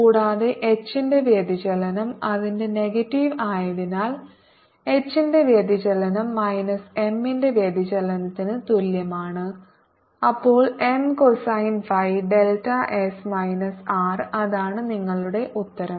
കൂടാതെ H ന്റെ വ്യതിചലനം അതിന്റെ നെഗറ്റീവ് ആയതിനാൽ H ന്റെ വ്യതിചലനം മൈനസ് M ന്റെ വ്യതിചലനത്തിന് തുല്യമാണ് അപ്പോൾ M cosine phi delta S minus R അതാണ് നിങ്ങളുടെ ഉത്തരം